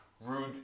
Rude